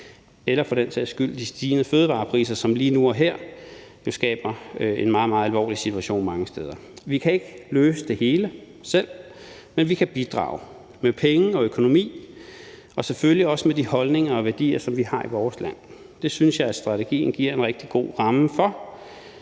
det for den sags skyld er de stigende fødevarepriser, som lige nu og her skaber en meget, meget alvorlig situation mange steder. Kl. 14:48 Vi kan ikke løse det hele selv, men vi kan bidrage med penge og økonomi og selvfølgelig også med de holdninger og værdier, som vi har i vores land. Det synes jeg at strategien giver en rigtig god ramme for